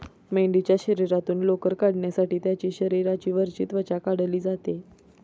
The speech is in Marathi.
मेंढीच्या शरीरातून लोकर काढण्यासाठी त्यांची शरीराची वरची त्वचा काढली जाते